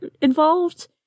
involved